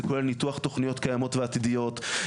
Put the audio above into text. זה כולל ניתוח תוכניות קיימות ועתידיות,